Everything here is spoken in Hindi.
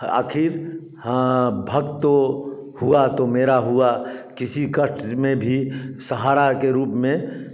आखिर हाँ भक्त तो हुआ तो मेरा हुआ किसी कष्ट में भी सहारा के रूप में